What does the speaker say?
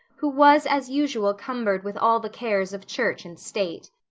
who was as usual cumbered with all the cares of church and state.